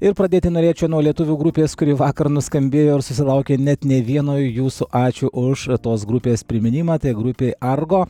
ir pradėti norėčiau nuo lietuvių grupės kuri vakar nuskambėjo ir susilaukė net ne vieno jūsų ačiū už tos grupės priminimą tai grupei argo